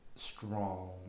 strong